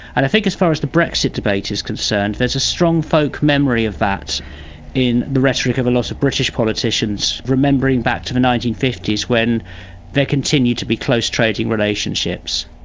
and think as far as the brexit debate is concerned, there is a strong folk memory of that in the rhetoric of a lot of british politicians, remembering back to the nineteen fifty s when there continued to be close trading relationships.